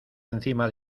encima